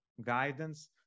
guidance